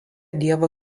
dievo